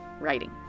writing